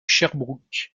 sherbrooke